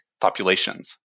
populations